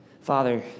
Father